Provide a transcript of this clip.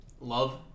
love